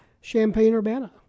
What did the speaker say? Champaign-Urbana